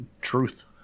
truth